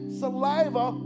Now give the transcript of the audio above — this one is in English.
saliva